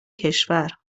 کشور